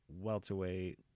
welterweight